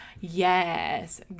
Yes